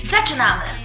Zaczynamy